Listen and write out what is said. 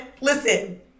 listen